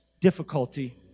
difficulty